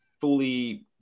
fully